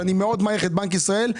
שאני מאוד מעריך את בנק ישראל,